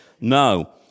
No